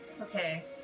Okay